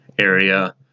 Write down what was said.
area